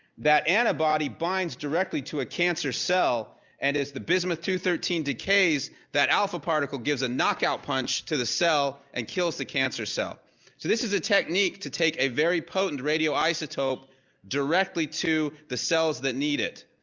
that antibody binds directly to a cancer cell and as the bismuth two hundred and thirteen decays, that alpha particle gives a knockout punch to the cell and kills the cancer cell. so this is a technique to take a very potent radioisotope directly to the cells that need it.